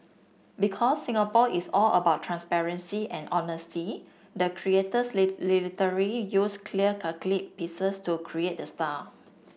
because Singapore is all about transparency and honesty the creators literally used clear pieces to create the star